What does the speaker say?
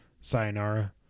Sayonara